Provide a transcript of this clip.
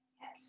Yes